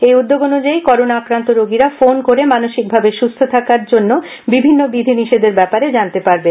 এই উদ্যোগ অনুযায়ী করোনা আক্রান্ত রোগীরা ফোন করে মানসিকভাবে সুস্থ থাকার বিভিন্ন বিধি নিষেধের ব্যাপারে জানতে পারবেন